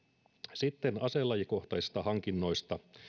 sitten aselajikohtaisista hankinnoista